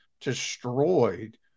destroyed